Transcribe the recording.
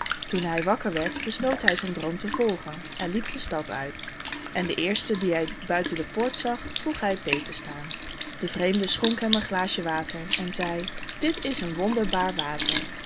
toen hij wakker werd besloot hij zijn droom te volgen en liep de stad uit en den eersten dien hij buiten de poort zag vroeg hij peet te staan de vreemde schonk hem een glaasje water en zei dit is een wonderbaar water